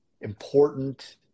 important